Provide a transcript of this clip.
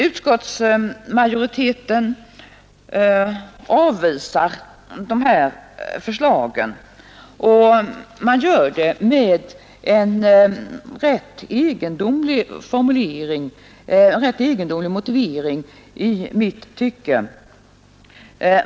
Utskottsmajoriteten avvisar motionärernas förslag, och utskottet gör det med en ganska egendomlig motivering i mitt tycke.